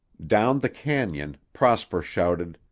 down the canon prosper shouted,